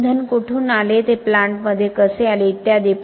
इंधन कुठून आले ते प्लांटमध्ये कसे आले इत्यादी